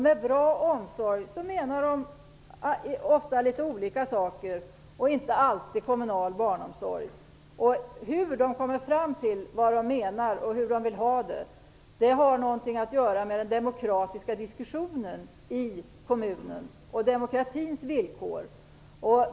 Med bra omsorg menar de ofta litet olika saker, och inte alltid kommunal barnomsorg. Hur de kommer fram till vad de menar och hur de vill ha det har att göra med den demokratiska diskussionen i kommunen och demokratins villkor.